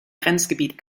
grenzgebiet